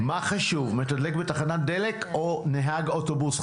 מה חשוב, מתדלק בתחנת דלק, או נהג אוטובוס?